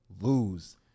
lose